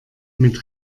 mit